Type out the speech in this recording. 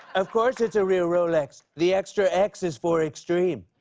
of course it's a real rolex. the extra x is for extreme.